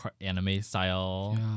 anime-style